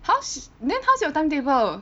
how's then how's your timetable